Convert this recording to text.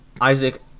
Isaac